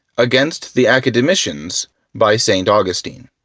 against the academicians by st. augustine.